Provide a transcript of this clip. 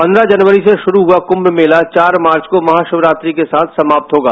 पन्दह जनवरी से शुरू हुआ कुम्म मेला चार मार्च को महाशिवरात्रि के साथ समाप्त होगा